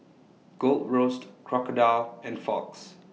Gold Roast Crocodile and Fox